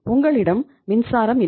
உங்களிடம் மின்சாரம் இல்லை